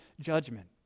judgment